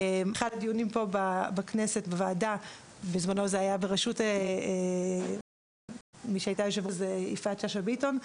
זה בזמנו אחד הדיונים פה בוועדה בראשות היושבת-ראש יפעת שאשא ביטון.